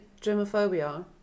germophobia